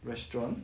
restaurant